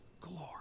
glory